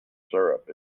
syrup